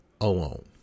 alone